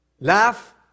Laugh